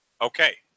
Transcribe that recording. Okay